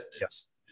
Yes